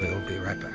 will be right back.